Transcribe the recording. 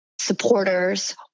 supporters